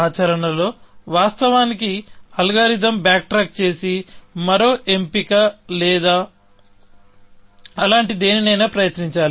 ఆచరణల వాస్తవానికి algorithm backtrack చేసి మరో ఎంపిక లేదా అలాంటి దేనినైనా ప్రయత్నించాలి